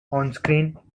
onscreen